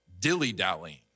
dilly-dallying